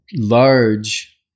large